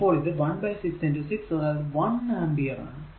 അപ്പോൾ ഇത് ⅙ 6 അതായത് 1 ആമ്പിയർ ആണ്